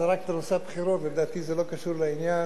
זרקת את נושא הבחירות, וזה לא קשור לעניין.